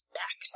back